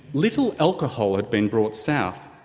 little alcohol had been brought south,